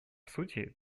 сути